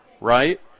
right